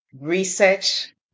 research